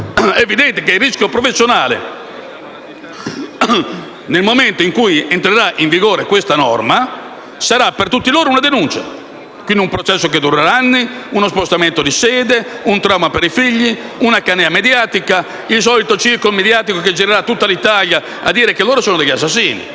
e quindi c'è una colluttazione, nel momento in cui entrerà in vigore questa norma, ci sarà per tutti loro una denuncia e quindi un processo di anni, uno spostamento di sede, un trauma per i figli, una canea mediatica, il solito circo mediatico che girerà per tutta l'Italia a dire che loro sono assassini.